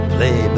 Play